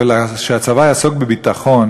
שהצבא יעסוק בביטחון